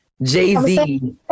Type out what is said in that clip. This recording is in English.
Jay-Z